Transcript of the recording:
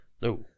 No